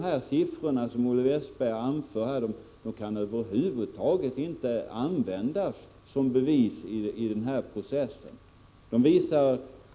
De siffror som Olle Westberg anför kan över huvud taget inte användas som bevis i den här processen.